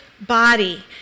body